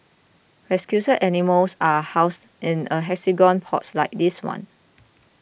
rescued animals are housed in hexagonal pods like this one